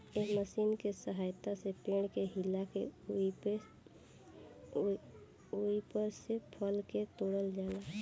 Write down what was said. एह मशीन के सहायता से पेड़ के हिला के ओइपर से फल के तोड़ल जाला